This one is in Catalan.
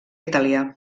italià